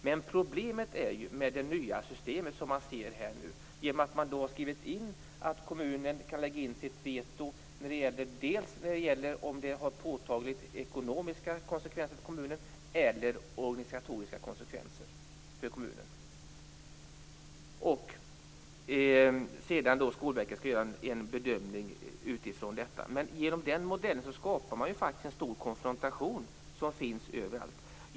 Man har skrivit in i bestämmelserna att kommunen kan inlägga sitt veto om de ekonomiska eller organisatoriska konsekvenserna blir påtagliga för kommunen. Skolverket skall sedan göra en bedömning utifrån detta. Genom den modellen skapar man en stor konfrontation. Den sker överallt.